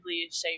shaped